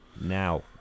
now